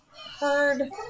heard